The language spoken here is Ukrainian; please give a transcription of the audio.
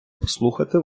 послухати